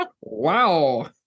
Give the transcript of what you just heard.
Wow